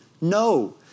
No